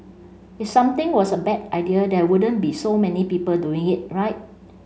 if something was a bad idea there wouldn't be so many people doing it right